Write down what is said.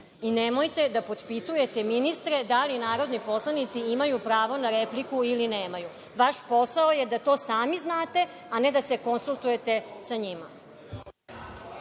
i nemojte da potpitujete ministre da li narodni poslanici imaju pravo na repliku ili nemaju. Vaš posao je da to sami znate, a ne da se konsultujete sa njima.